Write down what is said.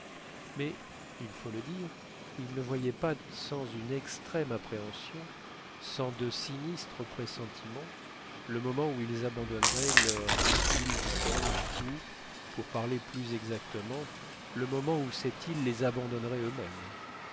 mais il faut le dire ils ne voyaient pas sans une extrême appréhension sans de sinistres pressentiments le moment où ils abandonneraient leur île victoria ou pour parler plus exactement le moment où cette île les abandonnerait eux-mêmes